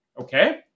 okay